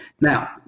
Now